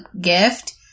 gift